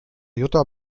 jutta